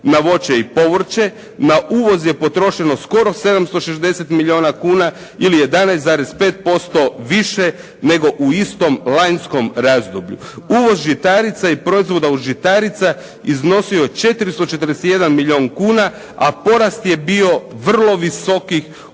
na voće i povrće. Na uvoz je potrošeno skoro 760 milijuna kuna ili 11,5% više nego u istom lanjskom razdoblju. Uvoz žitarica i proizvoda od žitarica iznosio je 441 milijun kuna, a porast je bio vrlo visoki u prva